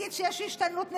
ולהגיד שיש השתנות נסיבות,